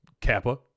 Kappa